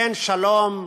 אין שלום,